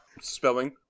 spelling